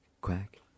quack